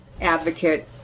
advocate